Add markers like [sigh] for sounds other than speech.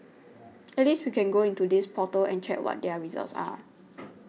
at least we can go into this portal and check what their results are [noise]